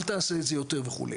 אל תעשה את זה יותר וכו'.